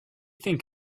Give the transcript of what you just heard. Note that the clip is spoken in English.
think